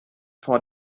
vor